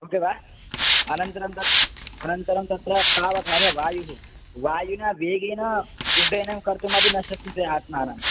उके वा अनन्तरं तत् अनन्तरं तत्र पावकरः वायुः वायुना वेगेन उड्डयनं कर्तुमपि न शक्यते आत्मानं